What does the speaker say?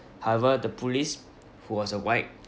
however the police who was a white